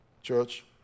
Church